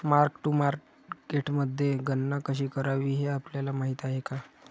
Mark to मार्केटमध्ये गणना कशी करावी हे आपल्याला माहित आहे का?